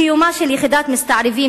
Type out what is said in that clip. קיומה של יחידת מסתערבים,